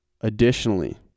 Additionally